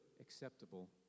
acceptable